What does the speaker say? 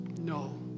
No